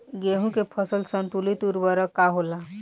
गेहूं के फसल संतुलित उर्वरक का होला?